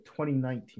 2019